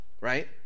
Right